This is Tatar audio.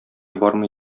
бармый